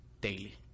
daily